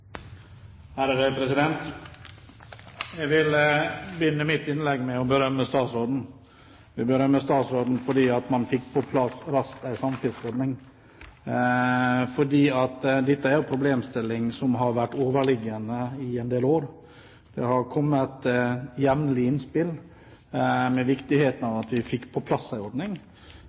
er omme. Jeg vil begynne mitt innlegg med å berømme statsråden fordi man raskt fikk på plass en samfiskeordning. Dette er en problemstilling som har vært overliggende i en del år. Det har jevnlig kommet innspill om viktigheten av at vi fikk på plass en ordning,